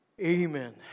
Amen